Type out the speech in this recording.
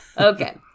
Okay